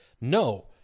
No